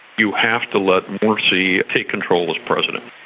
you have to let morsi take control as president.